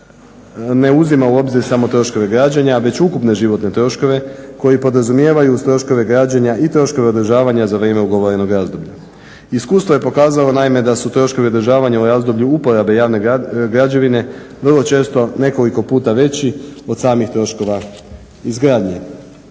ne uzima u obzir samo troškove građenja već ukupne životne troškove koji podrazumijevaju uz troškove građenja i troškove održavanja za vrijem ugovorenog razdoblja. Iskustvo je pokazalo naime da su troškovi održavanja u razdoblju uporabe javne građevine vrlo često nekoliko puta veći od samih troškova izgradnje.